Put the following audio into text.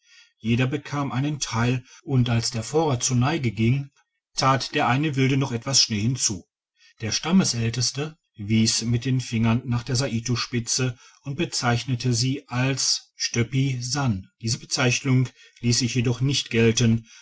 jeder bekam sein teil und als der vorrat zur neige ging tat der eine wilde noch etwas schnee hinzu der stammälteste wies mit dem fingernach der saito spitze und bezeichnete sie als u stoepi san diese bezeichnung liess ich jedoch nicht gelten